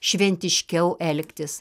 šventiškiau elgtis